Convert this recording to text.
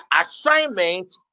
assignment